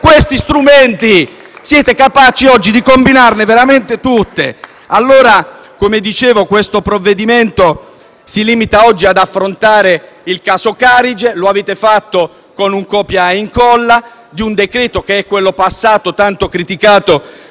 questi strumenti! Siete capaci, oggi, di combinarne veramente tutte! *(Applausi dal Gruppo FI-BP)*. Come dicevo, questo provvedimento si limita oggi ad affrontare il caso Carige. Lo avete fatto con il copia-incolla di un decreto, che è quello passato, il tanto criticato